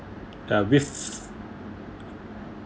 uh with